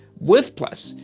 with plus,